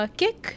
kick